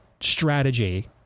strategy